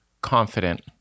confident